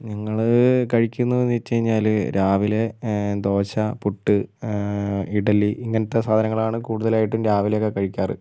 നിങ്ങള് കഴിക്കുന്നതെന്ന് വെച്ചുകഴിഞ്ഞാല് രാവിലെ ദോശ പുട്ട് ഇഡ്ഡലി ഇങ്ങനത്തെ സാധനങ്ങളാണ് കൂടുതലായിട്ടും രാവിലെ ഒക്കെ കഴിക്കാറ്